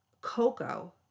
cocoa